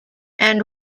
and